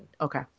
okay